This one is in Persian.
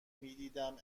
میدیدم